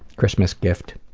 christmas gift.